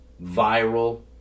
viral